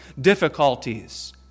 difficulties